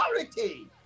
authority